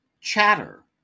Chatter